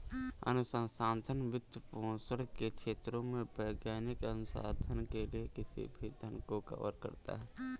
अनुसंधान वित्तपोषण के क्षेत्रों में वैज्ञानिक अनुसंधान के लिए किसी भी धन को कवर करता है